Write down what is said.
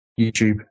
YouTube